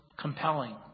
compelling